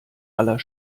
aller